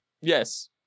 Yes